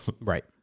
Right